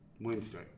Wednesday